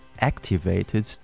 activated